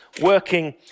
working